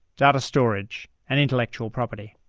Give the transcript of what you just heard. data storage and intellectual property.